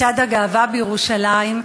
מצעד הגאווה בירושלים,